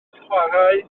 chwarae